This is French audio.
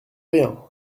rien